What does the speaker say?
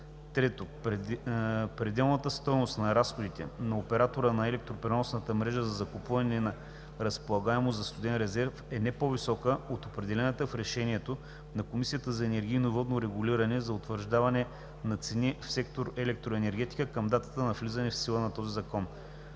3. пределната стойност на разходите на оператора на електропреносната мрежа за закупуване на разполагаемост за студен резерв е не по-висока от определената в решението на Комисията за енергийно и водно регулиране за утвърждаване на цени в сектор „Електроенергетика“ към датата на влизане в сила на този закон.